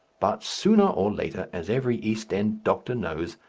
but sooner or later, as every east end doctor knows,